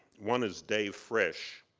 one is dave frisch,